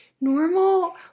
normal